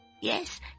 Yes